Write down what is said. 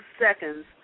seconds